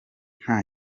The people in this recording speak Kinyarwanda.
nta